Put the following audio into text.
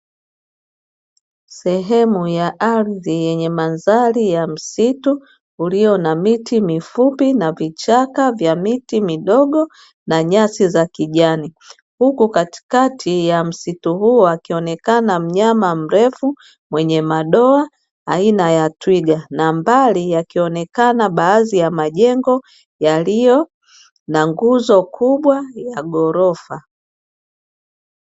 Sehemu ya ardhi yenye mandhari ya msitu ulio na miti mifupi na vichaka vya miti midogo na nyasi za kijani. Huku katikati ya msitu huo akionekana mnyama mrefu mwenye madoa aina ya twiga na mbali yakionekana baadhi ya majengo yaliyo na nguzo kubwa ya ghorofa.